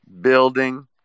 building